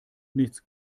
nichts